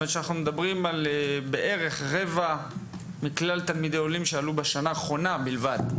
אנחנו מדברים בערך על רבע מכלל תלמידי העולים שעלו בשנה האחרונה בלבד.